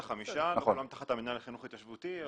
כולם תחת המנהל לחינוך התיישבותי.